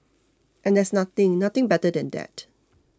and there's nothing nothing better than that